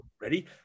ready